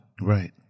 right